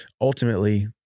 ultimately